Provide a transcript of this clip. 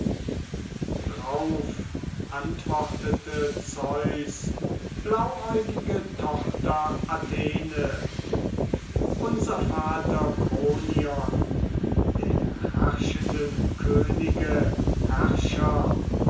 drauf antwortete zeus blauäugichte tochter athene unser vater kronion der herrschenden könige